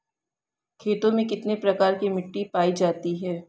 खेतों में कितने प्रकार की मिटी पायी जाती हैं?